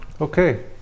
Okay